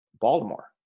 Baltimore